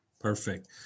Perfect